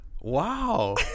wow